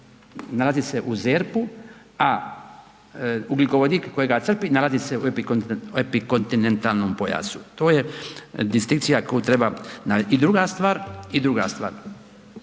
nalazi se u ZERP-u, a ugljikovodik kojega crpi nalazi se u epikontinentalnom pojasu. To je distinkcija koju treba … I druga stvar, bilo kakav